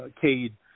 Cade